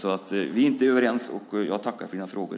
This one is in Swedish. Vi är inte överens, och jag tackar för dina frågor.